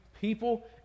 people